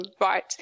right